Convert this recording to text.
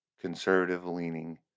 conservative-leaning